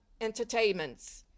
entertainments